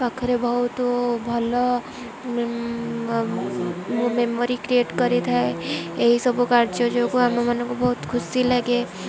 ପାଖରେ ବହୁତ ଭଲ ମେମୋରି କ୍ରିଏଟ୍ କରିଥାଏ ଏହିସବୁ କାର୍ଯ୍ୟ ଯୋଗୁଁ ଆମମାନଙ୍କୁ ବହୁତ ଖୁସି ଲାଗେ